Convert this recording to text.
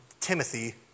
Timothy